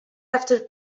after